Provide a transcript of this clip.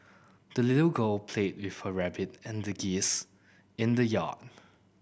the little girl played with her rabbit and geese in the yard